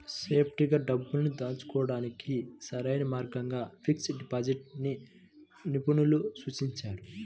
సేఫ్టీగా డబ్బుల్ని దాచుకోడానికి సరైన మార్గంగా ఫిక్స్డ్ డిపాజిట్ ని నిపుణులు సూచిస్తున్నారు